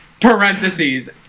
Parentheses